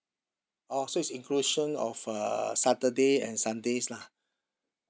orh so it's inclusion of uh saturday and sundays lah